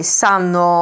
sanno